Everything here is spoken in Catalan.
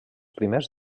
primers